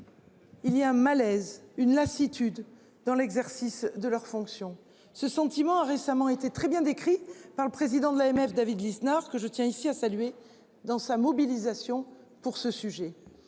Il y a un malaise, une lassitude dans l'exercice de leurs fonctions ce sentiment a récemment été très bien décrit par le président de l'AMF David Lisnard que je tiens ici à saluer dans sa mobilisation pour ce sujet